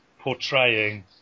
portraying